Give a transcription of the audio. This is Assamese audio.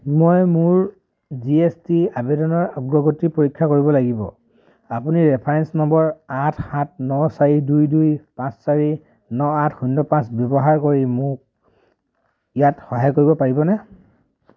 মই মোৰ জি এছ টি আবেদনৰ অগ্ৰগতি পৰীক্ষা কৰিব লাগিব আপুনি ৰেফাৰেন্স নম্বৰ আঠ সাত ন চাৰি দুই দুই পাঁচ চাৰি ন আঠ শূন্য পাঁচ ব্যৱহাৰ কৰি মোক ইয়াত সহায় কৰিব পাৰিবনে